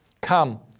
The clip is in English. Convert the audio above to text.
come